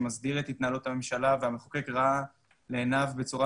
שמסדיר את התנהלות הממשלה והמחוקק ראה לנגד עיניו בצורה